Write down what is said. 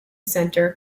centre